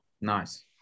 nice